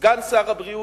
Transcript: סגן שר הבריאות,